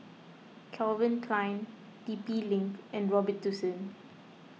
Calvin Klein T P Link and Robitussin